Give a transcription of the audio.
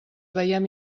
veiem